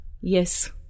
Yes